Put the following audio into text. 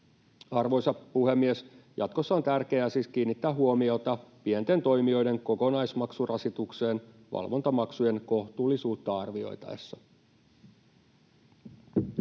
Arvoisa puhemies! Jatkossa on tärkeää siis kiinnittää huomiota pienten toimijoiden kokonaismaksurasitukseen valvontamaksujen kohtuullisuutta arvioitaessa. [Speech